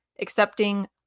accepting